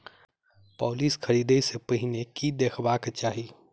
Policy खरीदै सँ पहिने की देखबाक चाहि?